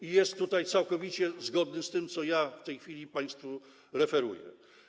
I jest to tutaj całkowicie zgodne z tym, co ja w tej chwili państwu referuję.